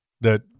that-